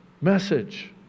message